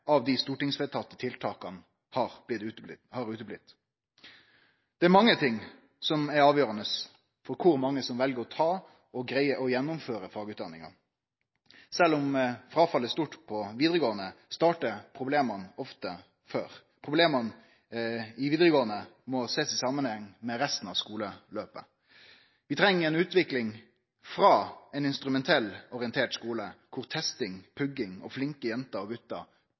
av dei stortingsvedtatte tiltaka har ikkje blitt noko av. Det er mange ting som er avgjerande for kor mange som vel å ta og greier å gjennomføre fagutdanninga. Sjølv om fråfallet er stort på vidaregåande, startar problema ofte før. Problema i vidaregåande må sjåast i samanheng med resten av skuleløpet. Vi treng ei utvikling frå ein instrumentelt orientert skule der testing, pugging og flinke jenter og